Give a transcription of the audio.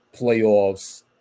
playoffs